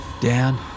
Dan